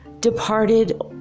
departed